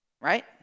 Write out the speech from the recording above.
right